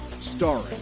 starring